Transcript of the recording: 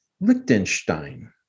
Liechtenstein